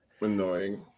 annoying